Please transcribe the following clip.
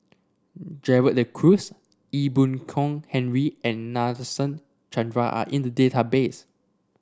Gerald De Cruz Ee Boon Kong Henry and Nadasen Chandra are in the database